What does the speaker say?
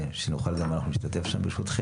בשביל שנוכל גם אנחנו להשתתף שם ברשותכם.